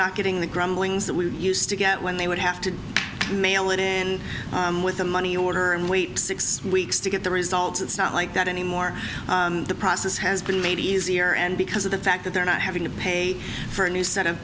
not getting the grumblings that we used to get when they would have to mail it in with a money order and wait six weeks to get the results it's not like that anymore this has been made easier and because of the fact that they're not having to pay for a new set of